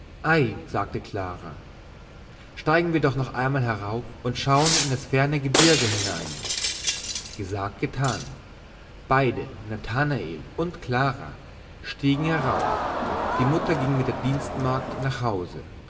sagte clara steigen wir doch noch einmal herauf und schauen in das ferne gebirge hinein gesagt getan beide nathanael und clara stiegen herauf die mutter ging mit der dienstmagd nach hause